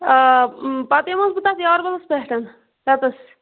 آ پَتہ یمہ حظ بہٕ تتھ یاربَلَس پٮ۪ٹھ تتٮ۪س